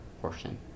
portion